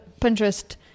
Pinterest